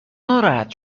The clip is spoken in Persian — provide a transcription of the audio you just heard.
ناراحت